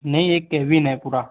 नहीं एक केबिन है पूरा